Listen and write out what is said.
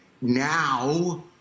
now